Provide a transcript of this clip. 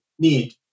need